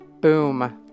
Boom